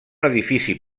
edifici